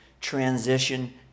transition